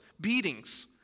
beatings